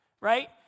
right